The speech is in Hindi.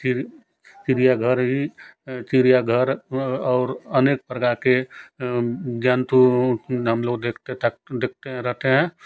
फिर चिड़ियाघर ही चिड़ियाघर और अनेक प्रकार के जंतुओं हम लोग देखते थक देखते रहते हैं